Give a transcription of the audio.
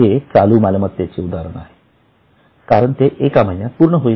हे चालू मालमत्तेचे उदाहरण आहे कारण ते एका महिन्यात पूर्ण होईल